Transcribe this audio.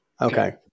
Okay